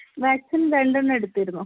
vaccine രണ്ടെണ്ണം എടുത്തിരുന്നു